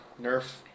nerf